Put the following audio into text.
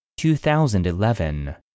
2011